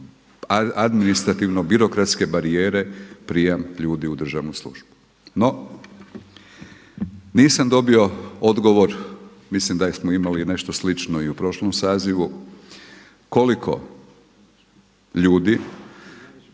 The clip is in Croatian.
administrativno birokratske barijere prijem ljudi u državnu službu. No, nisam dobio odgovor mislim da smo imali nešto slično i u prošlom sazivu, koliko ljudi